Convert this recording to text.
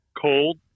cold